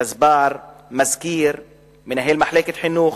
גזבר, מזכיר, מנהל מחלקת החינוך.